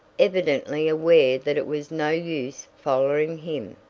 evidently aware that it was no use following him.